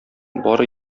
бары